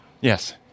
Yes